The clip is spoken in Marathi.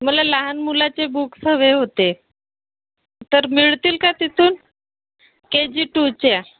मला लहान मुलाचे बुक्स हवे होते तर मिळतील का तिथून के जी टूच्या